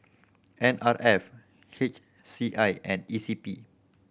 N R F H C I and E C P